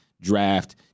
Draft